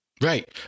Right